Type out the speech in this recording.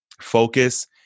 focus